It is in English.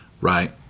right